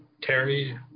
Terry